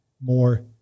more